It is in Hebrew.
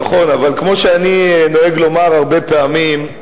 נכון, אבל כמו שאני נוהג לומר הרבה פעמים,